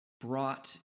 brought